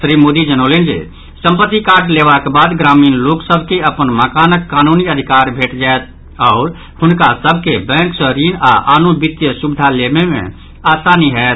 श्री मोदी जनौलनि जे संपत्ति कार्ड लेबाक बाद ग्रामीण लोक सभ के अपन मकानक कानूनी अधिकार भेंट जायत आओर हुनका सभ के बैंक सँ ऋण आ आनो वित्तीय सुविधा लेबय मे आसानी होयत